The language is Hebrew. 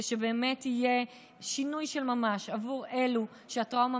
ושבאמת יהיה שינוי של ממש בעבור אלו שהטראומה